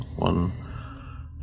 One